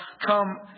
come